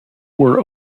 were